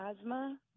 asthma